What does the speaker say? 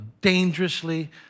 dangerously